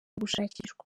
gushakishwa